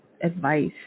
advice